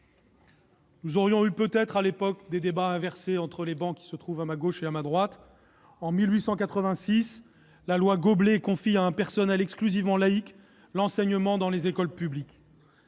Nous aurions eu peut-être à l'époque des débats inversés entre les travées qui se trouvent à ma gauche et à ma droite ... En 1886, la loi Goblet confie à un personnel exclusivement laïque l'enseignement dans les écoles publiques.